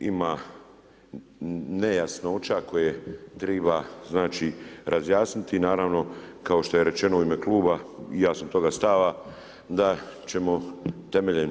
Ima nejasnoća koje treba razjasniti i naravno kao što je rečeno u ime kluba, i ja sam toga stava, da ćemo temeljem